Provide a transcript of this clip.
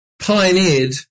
pioneered